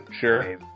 sure